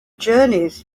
journeys